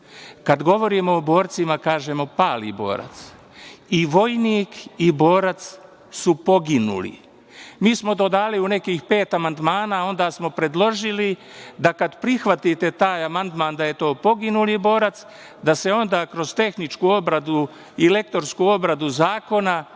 Kada govorimo o borcima, kažemo pali borac. I vojnik i boraca su poginuli. Mi smo to dali u nekih pet amandmana, a onda smo predložili da kada prihvatite taj amandman da je to poginuli borac, da se onda kroz tehničku obradu i lektorsku obradu zakona